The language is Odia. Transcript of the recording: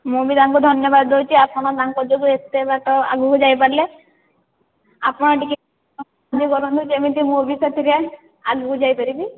ମୁଁ ବି ତାଙ୍କୁ ଧନ୍ୟବାଦ୍ ଦେଉଛି ଆପଣ ତାଙ୍କ ଯୋଗୁଁ ଏତେ ବାଟ ଆଗକୁ ଯାଇପାରିଲେ ଆପଣ ଟିକିଏ ସାହାଯ୍ୟ କରନ୍ତୁ ଯେମିତି ମୁଁ ବି ସେଥିରେ ଆଗକୁ ଯାଇପାରିବି